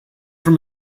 from